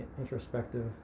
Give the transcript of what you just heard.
introspective